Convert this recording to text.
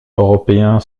européen